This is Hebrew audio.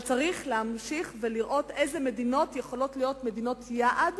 אבל צריך להמשיך ולראות אילו מדינות יכולות להיות מדינות יעד